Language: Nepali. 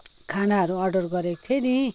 खानाहरू अर्डर गरेको थिएँ नि